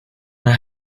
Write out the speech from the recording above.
her